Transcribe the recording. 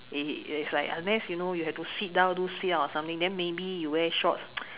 it it it's like unless you know you have to sit down do sit ups or something then maybe you wear shorts